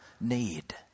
need